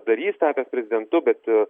darys tapęs prezidentu bet